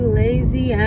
lazy